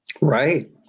Right